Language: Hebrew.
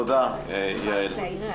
תודה, יעל.